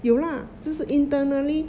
有 lah 就是 internally